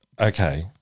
okay